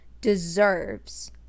deserves